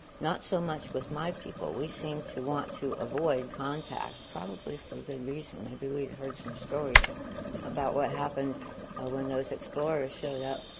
not so much with my people. we seem to want to avoid contact, contact, probably for good reason. maybe we've heard some stories about what happened when those explorers showed up.